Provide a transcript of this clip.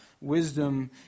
wisdom